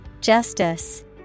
Justice